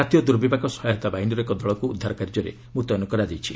କାତୀୟ ଦୁର୍ବିପାକ ସହାୟତା ବାହିନୀର ଏକ ଦଳକୁ ଉଦ୍ଧାର କାର୍ଯ୍ୟରେ ମୁତୟନ କରାଯାଇଛି